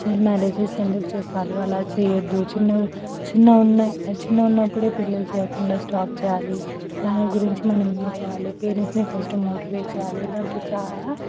child marriages ఎందుకు చేస్తారు అలా చేయొద్దు చిన్నగా చిన్నగా ఉన్నా చిన్నగా ఉన్నప్పుడే పెళ్లిలు చేయకుండా జాబ్ చేయాలి దాని గురించి మనం ఏం చేయాలి పేరెంట్స్ని ఫస్ట్ మోటివేట్ చేయాలి ఇలాంటి చాలా